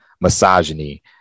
misogyny